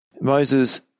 Moses